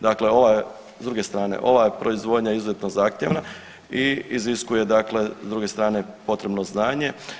Dakle, s druge strane, ova proizvodnja je izuzetno zahtjevna i iziskuje dakle s druge strane potrebno znanje.